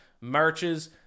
marches